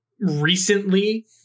recently